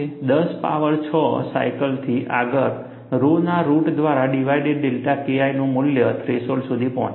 10 power 6 સાયકલથી આગળ રોના રુટ દ્વારા ડિવાઇડેડ ડેલ્ટા KI નું મૂલ્ય થ્રેશોલ્ડ સુધી પહોંચે છે